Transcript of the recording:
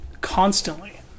constantly